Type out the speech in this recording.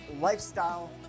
Lifestyle